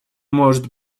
может